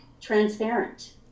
transparent